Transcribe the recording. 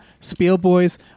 Spielboys